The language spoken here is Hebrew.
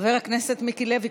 חבר הכנסת מיקי לוי,